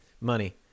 Money